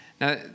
Now